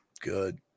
good